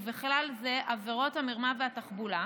ובכלל זה עבירות המרמה והתחבולה,